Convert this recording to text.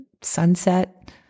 sunset